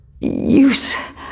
use